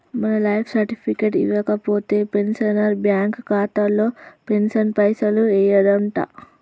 మనం life certificate ఇవ్వకపోతే pensioner bank ఖాతాలో పెన్షన్ పైసలు యెయ్యడంట